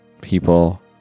people